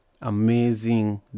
amazing